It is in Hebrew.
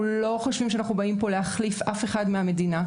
אנחנו לא חושבים שאנחנו באים להחליף אף אחד מהמדינה,